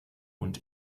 und